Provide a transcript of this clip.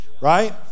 right